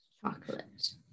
Chocolate